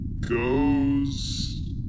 goes